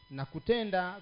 Nakutenda